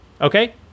okay